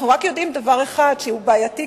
אנחנו יודעים רק דבר אחד בעייתי,